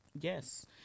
Yes